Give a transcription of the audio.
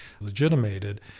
legitimated